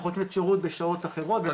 אנחנו נותנים שירות בשעות אחרות.